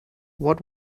what